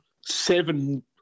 seven